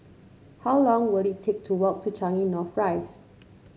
how long will it take to walk to Changi North Rise